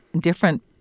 different